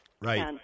Right